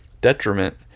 detriment